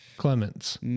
clements